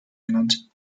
ernannt